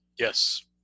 Yes